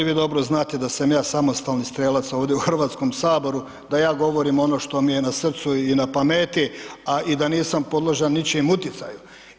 Kolega Bulj, vi dobro znate da sam ja samostalni strijelac ovdje u Hrvatskom saboru, da ja govorim ono što mi je na srcu i na pameti, a i da nisam podložan ničijem utjecaju.